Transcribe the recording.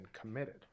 committed